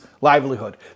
livelihood